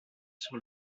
sur